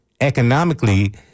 economically